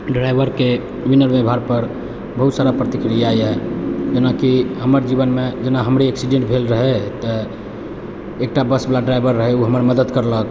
ड्राइवरके विनय व्यवहारपर बहुत सारा प्रतिक्रिया अइ जेनाकि हमर जीवनमे हमरे एक्सीडेन्ट भेल रहै तऽ एकटा बसवला ड्राइवर रहै ओ हमर मदद करलक